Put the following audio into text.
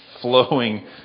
flowing